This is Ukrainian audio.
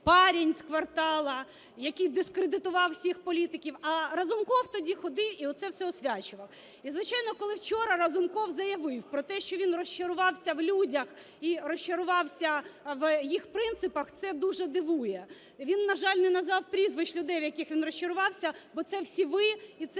парень з "Кварталу", який дискредитував всіх політиків, а Разумков тоді ходив і оце все освячував. І звичайно, коли вчора Разумков заявив про те, що він розчарувався в людях і розчарувався в їх принципах, це дуже дивує. Він, на жаль, не назвав прізвищ людей, в яких він розчарувався, бо це всі ви і це